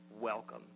Welcome